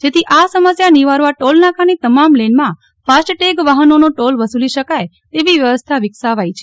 જેથી આ સમસ્યા નિવારવા ટોલનાકાની તમામ લેનમાં ફાસ્ટ ટેગ વાહનોનો ટોલ વસૂલી શકાય તેવી વ્યવસ્થા વિકસાવાઈ છે